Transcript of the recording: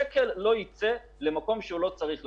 שקל לא יצא למקום שהוא לא צריך לצאת,